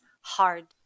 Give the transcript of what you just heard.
hard